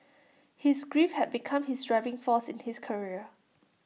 his grief had become his driving force in his career